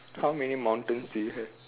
how many mountains do you have